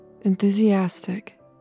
enthusiastic